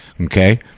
okay